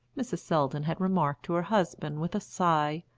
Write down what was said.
mrs. selldon had remarked to her husband with a sigh,